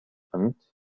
أنت